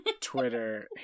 Twitter